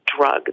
drug